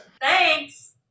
Thanks